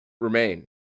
remain